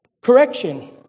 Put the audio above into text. correction